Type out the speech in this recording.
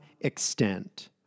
extent